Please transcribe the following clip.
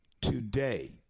today